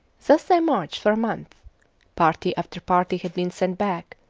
thus they marched for a month party after party had been sent back,